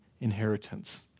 inheritance